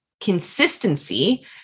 consistency